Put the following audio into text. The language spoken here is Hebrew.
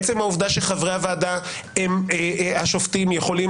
עצם העובדה שחברי הוועדה השופטים יכולים